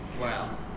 Wow